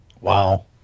Wow